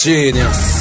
Genius